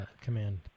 command